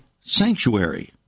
sanctuary